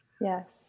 Yes